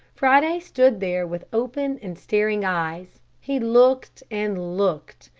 friday stood there with open and staring eyes. he looked and looked.